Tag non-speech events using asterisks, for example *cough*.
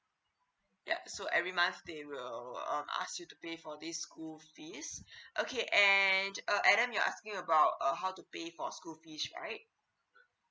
yup so every month they will um ask you to pay for this school fees *breath* okay and uh adam you are asking about uh how to pay for school fees right